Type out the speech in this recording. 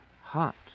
hot